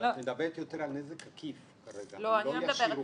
מדברת יותר על נזק עקיף, לא ישיר.